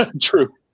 True